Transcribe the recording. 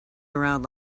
around